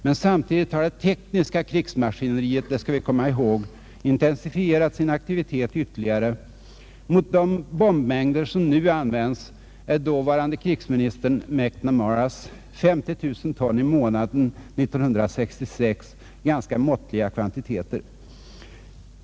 Men samtidigt har det tekniska krigsmaskineriet — det bör vi komma ihåg — intensifierat sin aktivitet ytterligare. Mot de bombmängder som nu används är dåvarande krigsministern McNamaras 50 000 ton i månaden 1966 ganska måttliga kvantiteter.